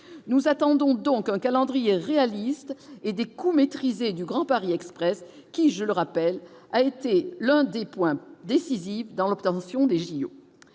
nous attendons donc un calendrier réaliste et des coûts maîtrisés du Grand Paris Express qui je le rappelle, a été l'un des points décisifs dans l'obtention des JO